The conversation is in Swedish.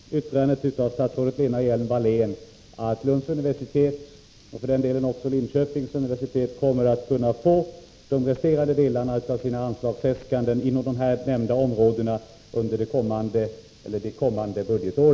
Herr talman! Innebär detta yttrande av statsrådet Lena Hjelm-Wallén att Lunds universitet och för den delen också Linköpings universitet kommer att kunna få de resterande delarna av sina anslagsäskanden inom de här nämnda områdena tillgodosedda under kommande budgetår?